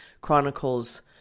Chronicles